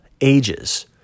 ages